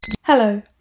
Hello